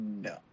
No